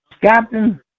Captain